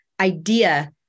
idea